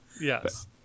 Yes